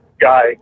guy